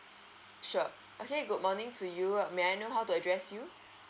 sure okay good morning to you err may I know how to address you